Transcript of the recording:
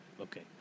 Okay